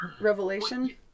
revelation